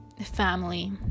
family